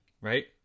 right